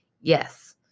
Yes